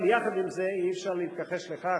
אבל יחד עם זה אי-אפשר להתכחש לכך